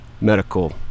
medical